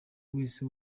wese